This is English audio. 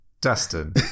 dustin